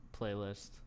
playlist